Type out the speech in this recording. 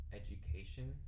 education